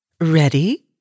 Ready